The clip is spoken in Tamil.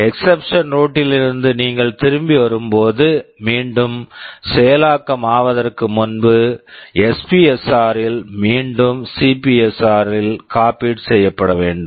எக்ஸ்ஸப்ஷன் exception ரூட்டின் routine லிருந்து நீங்கள் திரும்பி வரும்போது மீண்டும் செயலாக்கம் ஆவதற்கு முன்பு எஸ்பிஎஸ்ஆர் SPSR மீண்டும் சிபிஎஸ்ஆர் CPSR ல் காப்பீட் copied செய்யப்பட வேண்டும்